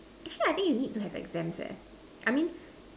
actually I think you need to have exams I mean